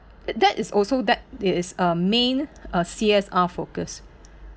that is also that is a main uh C_S_R focus